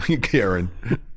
Karen